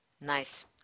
Nice